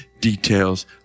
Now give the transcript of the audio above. details